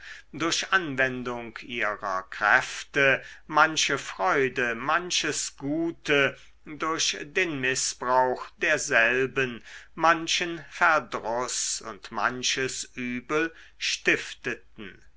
durch anwendung ihrer kräfte manche freude manches gute durch den mißbrauch derselben manchen verdruß und manches übel stifteten